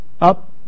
up